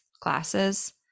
classes